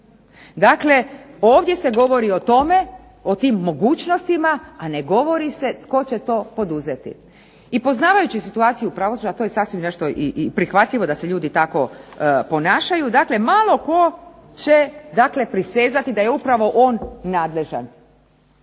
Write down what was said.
Dakle, ovdje se govori o tome, o tim mogućnostima, a ne govori se tko će to poduzeti. I poznavajući situaciju u pravosuđu, a to je sasvim nešto prihvatljivo da se ljudi tako ponašaju. Dakle, malo tko će dakle prisezati da je upravo on nadležan.